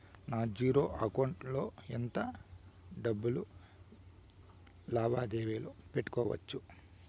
నా zero account లో ఎంత డబ్బులు లావాదేవీలు పెట్టుకోవచ్చు?